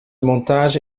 montage